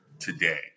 Today